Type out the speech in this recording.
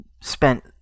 spent